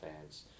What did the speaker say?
fans